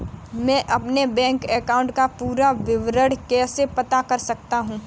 मैं अपने bank account का पूरा विवरण कैसे पता कर सकता हूँ?